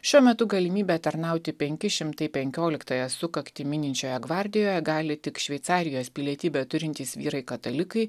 šiuo metu galimybė tarnauti penki šimtai penkioliktąją sukaktį mininčioje gvardijoje gali tik šveicarijos pilietybę turintys vyrai katalikai